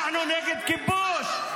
אנחנו נגד כיבוש.